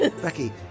Becky